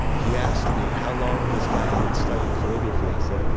he asked me how long this guy had been studying calligraphy. i said,